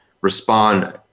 respond